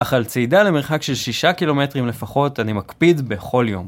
אך על צעידה למרחק של 6 קילומטרים לפחות, אני מקפיד בכל יום.